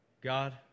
God